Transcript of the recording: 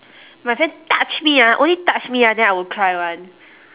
my friend touch me ah only touch me ah then I will cry [one]